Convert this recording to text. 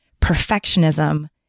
perfectionism